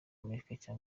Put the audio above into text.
america